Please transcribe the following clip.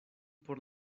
por